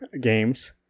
games